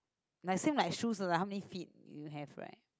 like same like shoes lah how many feet you have right